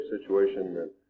situation